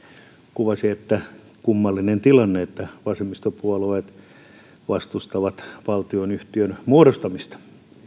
kuvasi että kummallinen tilanne että vasemmistopuolueet vastustavat valtionyhtiön muodostamista